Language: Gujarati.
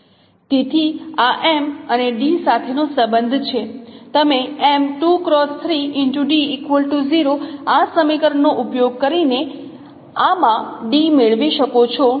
તેથી આ M અને d સાથેનો સંબંધ છે તમે આ સમીકરણનો ઉપયોગ કરીને આમાં d મેળવી શકો છો